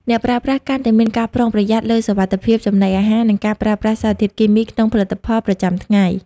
អ្នកប្រើប្រាស់កាន់តែមានការប្រុងប្រយ័ត្នលើ "សុវត្ថិភាពចំណីអាហារ" និងការប្រើប្រាស់សារធាតុគីមីក្នុងផលិតផលប្រចាំថ្ងៃ។